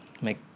make